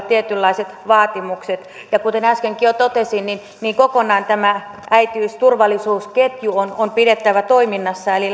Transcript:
tietynlaiset vaatimukset kuten äskenkin jo totesin niin niin kokonaan tämä äitiysturvallisuusketju on on pidettävä toiminnassa eli